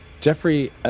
Jeffrey